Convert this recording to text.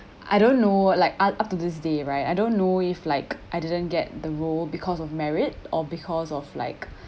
I don't know like up up to this day right I don't know if like I didn't get the role because of merit or because of like